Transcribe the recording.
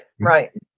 Right